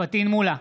פטין מולא,